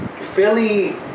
Philly